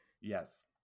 Yes